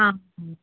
ਹਾਂ